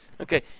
Okay